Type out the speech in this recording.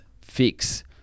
fix